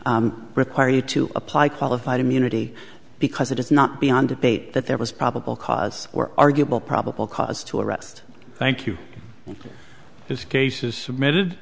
required to apply qualified immunity because it is not beyond debate that there was probable cause or arguable probable cause to arrest thank you for those cases submitted